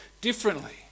differently